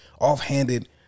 offhanded